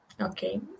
Okay